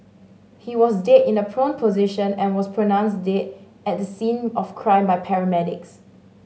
he was dead in a prone position and was pronounced dead at the scene of crime by paramedics